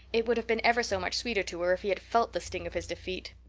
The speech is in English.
it would have been ever so much sweeter to her if he had felt the sting of his defeat.